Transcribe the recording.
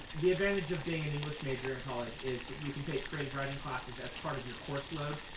the advantage of being an english major in college is that you can take creative writing classes as part of your course load,